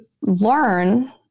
learn